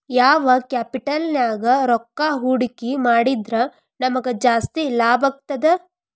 ಯಾವ್ ಕ್ಯಾಪಿಟಲ್ ನ್ಯಾಗ್ ರೊಕ್ಕಾ ಹೂಡ್ಕಿ ಮಾಡಿದ್ರ ನಮಗ್ ಜಾಸ್ತಿ ಲಾಭಾಗ್ತದ?